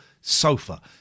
sofa